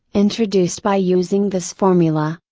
introduced by using this formula,